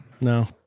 no